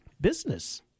business